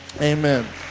Amen